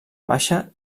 baixa